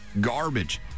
garbage